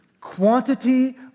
quantity